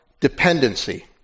dependency